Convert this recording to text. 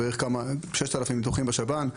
6,000 ניתוחים בשב"ן.